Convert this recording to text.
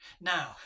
Now